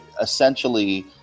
essentially